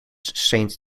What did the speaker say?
saint